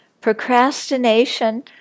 procrastination